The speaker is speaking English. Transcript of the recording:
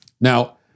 Now